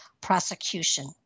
prosecution